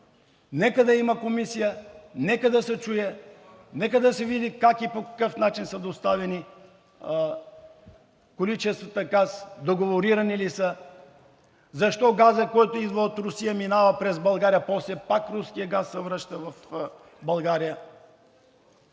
Нека да има комисия, нека да се чуе, нека да се види как и по какъв начин са доставени количествата газ, договорирани ли са, защо газът, който идва от Русия, минава през България и после пак руският газ се връща в България.